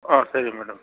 ఆ సరే మేడం